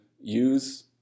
use